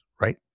right